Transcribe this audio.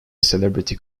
celebrity